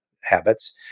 habits